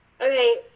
Okay